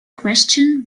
question